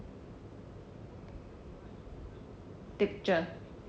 picture